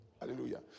Hallelujah